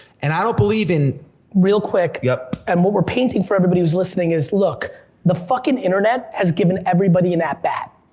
and i don't believe in real quick. yep. and what we're painting for everybody who's listening is, look, the fuckin' internet has given everybody an at bat.